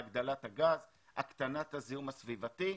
וגם תקטין את הזיהום הסביבתי.